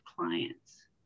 clients